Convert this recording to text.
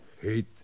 Hate